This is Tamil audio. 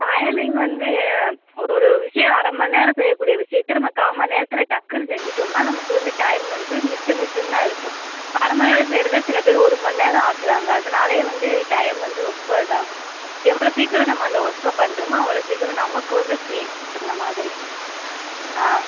டைமிங் வந்து ஒரு ஒரு விஷயம் அரை மணி நேரம் செய்யக்கூடிய விஷயத்த நம்ம கால் மணி நேரத்தில் டக்குன்னு செஞ்சுட்டோம்ன்னா நமக்கு வந்து டைம் வந்து மிச்சம் மிச்சம்தான் இருக்கும் இப்போ அரை மணி நேரம் செய்கிறத சில பேர் ஒரு மணி நேரம் ஆக்குகிறாங்க அதனாலேயே வந்து டைம் வந்து ரொம்ப இதாகும் எவ்வளோ சீக்கிரம் நம்ம அந்த ஒர்க்கை பண்ணுறோமோ அவ்வளோ சீக்கிரம் நமக்கு வந்து ஃப்ரீ அந்தமாதிரி ஆ